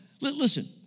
Listen